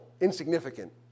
insignificant